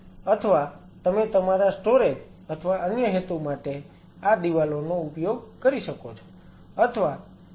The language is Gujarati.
અથવા તમે તમારા સ્ટોરેજ અથવા અન્ય હેતુ માટે આ દિવાલોનો ઉપયોગ કરી શકો છો